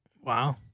Wow